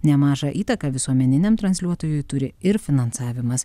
nemažą įtaką visuomeniniam transliuotojui turi ir finansavimas